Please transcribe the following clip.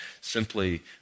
simply